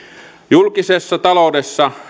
julkisessa taloudessa